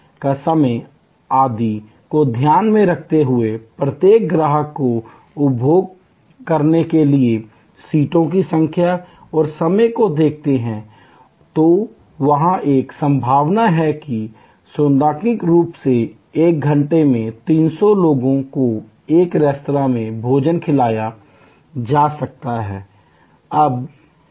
का समय आदि को ध्यान में रखते हुए प्रत्येक ग्राहक को उपभोग करने के लिए सीटों की संख्या और समय को देखते हैं तो वहाँ एक संभावना है कि सैद्धांतिक रूप से एक घंटे में 300 लोगों को एक रेस्तरां में भोजन खिलाया जा सकता है